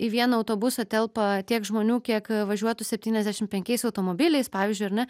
į vieną autobusą telpa tiek žmonių kiek važiuotų septyniasdešim penkiais automobiliais pavyzdžiui ar ne